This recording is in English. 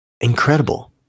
Incredible